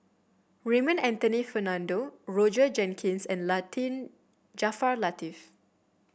Raymond Anthony Fernando Roger Jenkins and Jaafar Latiff